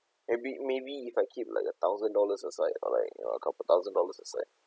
maybe maybe if I keep like a thousand dollars aside or like you know a couple thousand dollars aside